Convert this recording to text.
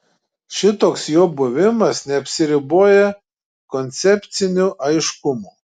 šitoks jo buvimas neapsiriboja koncepciniu aiškumu